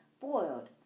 boiled